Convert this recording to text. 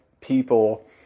people